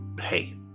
hey